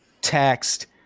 text